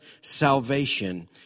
salvation